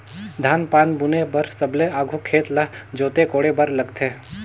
धान पान बुने बर सबले आघु खेत ल जोते कोड़े बर लगथे